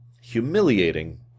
humiliating